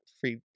free